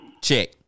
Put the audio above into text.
Check